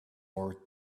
more